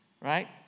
right